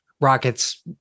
rockets